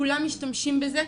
כולם משתמשים בזה.